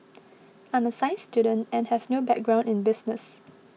I'm a science student and have no background in business